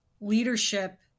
leadership